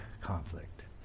conflict